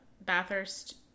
Bathurst